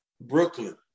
Brooklyn